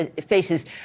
faces